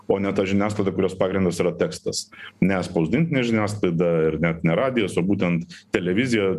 o ne ta žiniasklaida kurios pagrindas yra tekstas ne spausdintinė žiniasklaida net ne radijas o būtent televizija